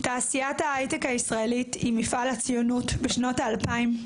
תעשיית ההייטק הישראלית היא מפעל הציונות בשנות ה-2000,